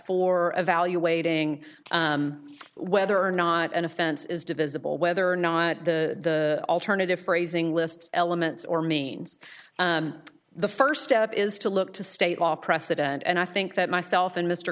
for evaluating whether or not an offense is divisible whether or not the alternative phrasing lists elements or means the first step is to look to state law precedent and i think that myself and mr